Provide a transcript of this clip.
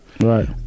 right